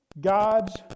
God's